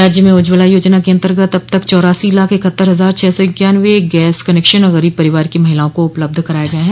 राज्य में उज्ज्वला योजना के अन्तर्गत अब तक चौरासी लाख इकहत्तर हजार छह सौ इक्यानवें गैस कनेक्शन गरीब परिवार की महिलाओं को उपलब्ध कराये गये हैं